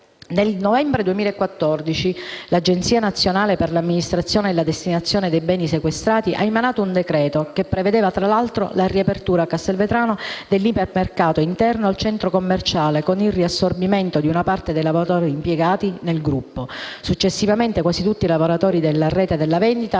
Nel novembre 2014 l'Agenzia nazionale per l'amministrazione e la destinazione dei beni sequestrati ha emanato un decreto che prevedeva, tra l'altro, la riapertura a Castelvetrano dell'ipermercato interno al centro commerciale, con il riassorbimento di una parte dei lavoratori impiegati nel gruppo. Successivamente, quasi tutti i lavoratori della rete della vendita